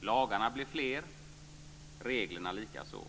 Lagarna blir fler, reglerna likaså.